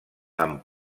amb